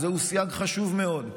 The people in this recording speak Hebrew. וזהו סייג חשוב מאוד,